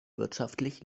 wirtschaftlich